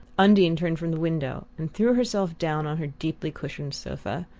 undine turned from the window and threw herself down on her deeply cushioned sofa.